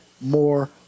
more